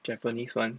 japanese [one]